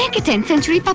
and tenth century but